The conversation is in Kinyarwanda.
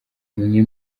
mwe